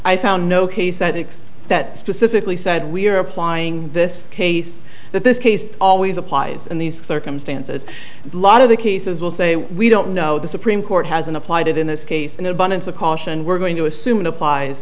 i found no case that exist that pacifically said we're applying this case that this case always applies in these circumstances and lot of the cases will say we don't know the supreme court hasn't applied it in this case an abundance of caution we're going to assume it applies